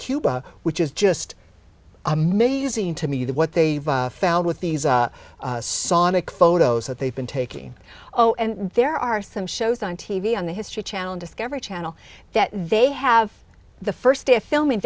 cuba which is just amazing to me that what they found with these sonic photos that they've been taking oh and there are some shows on t v on the history channel and discovery channel that they have the first day of filming